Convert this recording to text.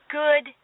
good